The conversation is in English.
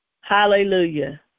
Hallelujah